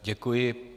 Děkuji.